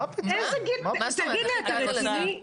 אתה רציני?